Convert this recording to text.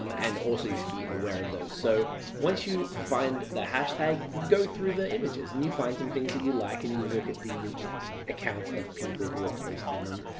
um and also you should be aware of those. so once you find the hashtag, go through the images. and you find some things that you like, and you look at the accounts of people who are posting them,